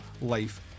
life